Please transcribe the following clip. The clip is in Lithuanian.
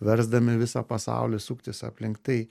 versdami visą pasaulį suktis aplink tai